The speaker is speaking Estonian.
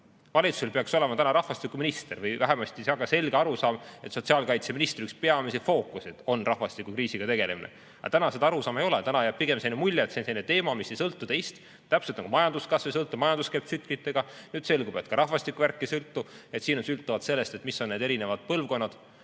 Valitsusel peaks olema rahvastikuminister või vähemasti väga selge arusaam, et sotsiaalkaitseministri üks peamisi fookuseid on rahvastikukriisiga tegelemine. Aga täna seda arusaama ei ole. Täna jääb pigem selline mulje, et see on teema, mis ei sõltu teist, täpselt nagu majanduskasv ei sõltu, sest majandus käib tsüklitena. Nüüd selgub, et ka rahvastikuvärk ei sõltu, et see sõltub sellest, millised on erinevad põlvkonnad.